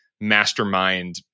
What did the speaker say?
mastermind